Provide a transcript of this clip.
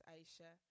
Aisha